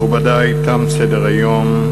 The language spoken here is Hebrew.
מכובדי, תם סדר-היום.